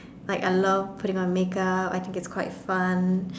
like I love putting on makeup I think it's quite fun